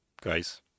guys